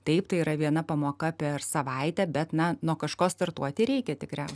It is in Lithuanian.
taip tai yra viena pamoka per savaitę bet na nuo kažko startuoti reikia tikria